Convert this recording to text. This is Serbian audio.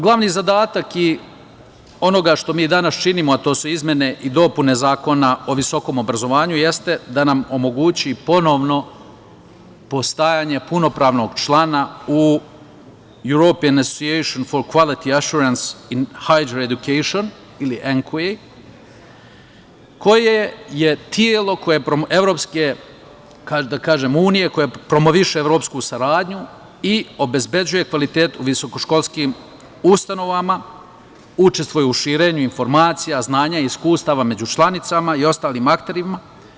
Glavni zadatak onoga što mi danas činimo, a to su izmene i dopune Zakona o visokom obrazovanju, jeste da nam omogući ponovno postajanje punopravnog člana u "European association for quality assurance in higer education" ili ENQA, koje je telo EU koje promoviše evropsku saradnju i obezbeđuje kvalitet visokoškolskim ustanovama, učestvuje u širenju informacija, znanja i iskustava među članicama i ostalim akterima.